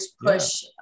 push